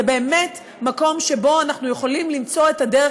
זה באמת מקום שבו אנחנו יכולים למצוא את הדרך